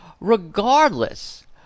Regardless